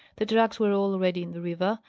the drags were already in the river,